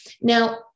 Now